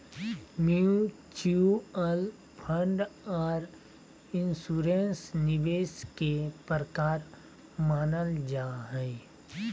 mutual fund आर insurance निवेश के प्रकार मानल जा हय